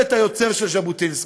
מבית היוצר של ז'בוטינסקי,